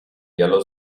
yellow